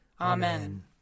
Amen